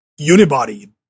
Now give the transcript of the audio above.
unibody